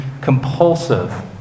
compulsive